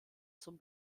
zum